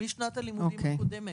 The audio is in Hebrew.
משנת הלימודים הקודמת.